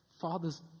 Father's